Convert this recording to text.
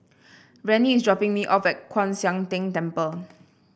Rennie is dropping me off at Kwan Siang Tng Temple